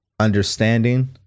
Understanding